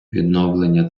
відновлення